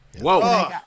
Whoa